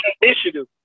initiative